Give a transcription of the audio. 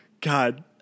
God